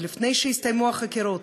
עוד לפני שהסתיימו החקירות,